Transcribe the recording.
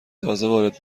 تازهوارد